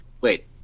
Wait